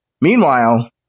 Meanwhile